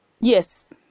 Yes